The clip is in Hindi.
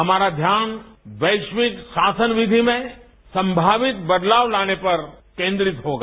हमारा ध्यान वैश्विक शासन विधि में संभावित बदलाव लाने पर कोंद्रित होगा